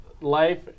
life